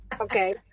okay